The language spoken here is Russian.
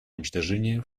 уничтожения